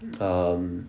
um